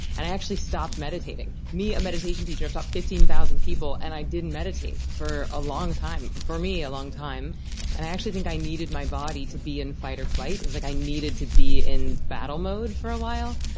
and i actually stopped meditating. me, a meditation teacher. i've taught fifteen thousand people, and i didn't meditate for a long time, for me a long time and i actually think i needed my body to be in fight or flight. it was like i needed to be in battle mode for a while.